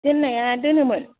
दोननाया दोनोमोन